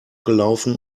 gelaufen